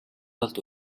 талд